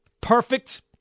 perfect